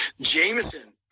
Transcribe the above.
Jameson